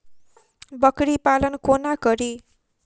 बकरी पालन कोना करि?